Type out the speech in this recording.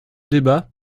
débat